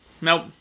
Nope